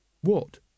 What